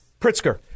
Pritzker